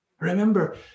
Remember